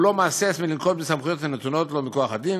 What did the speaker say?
הוא לא מהסס להפעיל את הסמכויות הנתונות לו מכוח הדין,